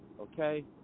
Okay